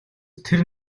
тэр